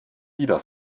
wieder